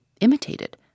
imitated